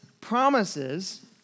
promises